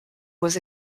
was